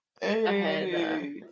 hey